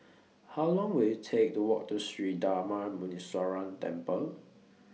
How Long Will IT Take to Walk to Sri Darma Muneeswaran Temple